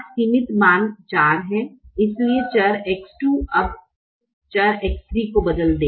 सीमित मान 4 है इसलिए चर X 2 अब चर X 3 को बदल देगा